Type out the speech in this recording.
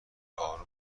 اروم